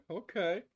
okay